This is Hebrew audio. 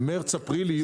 במרס-אפריל.